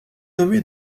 nommé